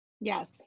Yes